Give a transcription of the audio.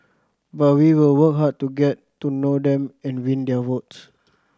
but we will work hard to get to know them and win their votes